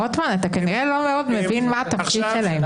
רוטמן, אתה כנראה לא מבין מה התפקיד שלהם.